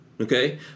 Okay